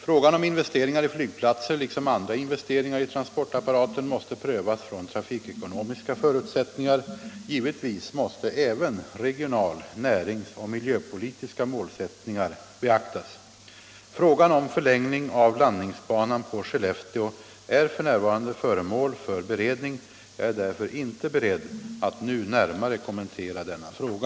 Frågan om investeringar i flygplatser liksom andra investeringar i transportapparaten måste prövas från trafikekonomiska förutsättningar. Givetvis måste även regional-, näringsoch miljöpolitiska målsättningar beaktas. Frågan om förlängning av landningsbanan på Skellefteå är f. n. föremål för beredning. Jag är därför inte beredd att nu närmare kommentera denna fråga.